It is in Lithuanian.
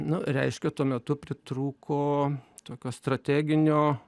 nu reiškia tuo metu pritrūko tokio strateginio